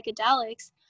psychedelics